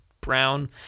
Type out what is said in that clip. brown